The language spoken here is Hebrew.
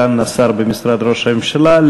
סגן השר במשרד ראש הממשלה,